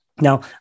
Now